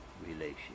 relationship